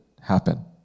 happen